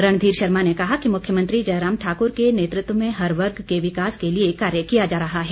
रणधीर शर्मा ने कहा कि मुख्यमंत्री जयराम ठाकुर के नेतृत्व में हर वर्ग के विकास के लिए कार्य किया जा रहा है